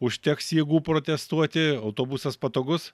užteks jėgų protestuoti autobusas patogus